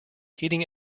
heating